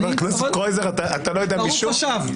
ברוך השב.